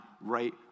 right